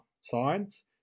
sides